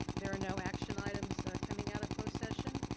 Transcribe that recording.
there are no action items coming out of closed session.